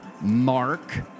Mark